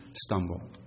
stumble